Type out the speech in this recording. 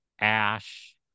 Ash